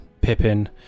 Pippin